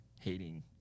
hating